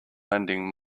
lending